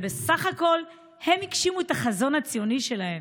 שבסך הכול הגשימו את החזון הציוני שלהן.